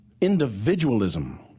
individualism